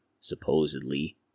supposedly